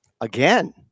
again